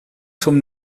zum